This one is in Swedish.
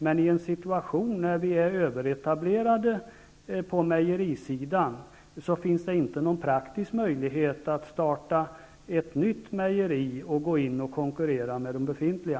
Men i en situation där det är överetablering på mejerisektorn finns det inte någon praktisk möjlighet att starta ett nytt mejeri och gå in och konkurrera med de befintliga.